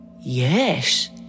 Yes